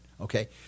Okay